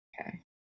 Okay